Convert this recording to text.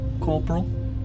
Corporal